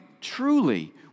Truly